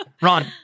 Ron